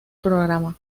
programa